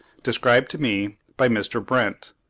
described to me by mr. brent.